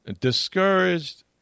discouraged